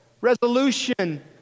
resolution